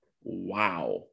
Wow